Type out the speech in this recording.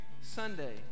Sunday